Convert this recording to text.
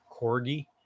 corgi